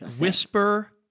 Whisper